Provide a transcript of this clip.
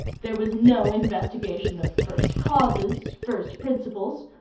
there was no investigation of first causes, first principles.